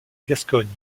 gascogne